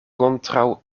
kontraŭ